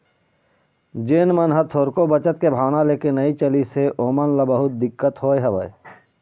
जेन मन ह थोरको बचत के भावना लेके नइ चलिस हे ओमन ल बहुत दिक्कत होय हवय